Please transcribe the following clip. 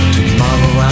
Tomorrow